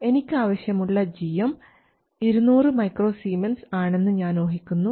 എനിക്ക് ആവശ്യമുള്ള gm 200 µS ആണെന്ന് ഞാൻ ഊഹിക്കുന്നു